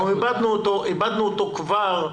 אנחנו איבדנו אותו כבר,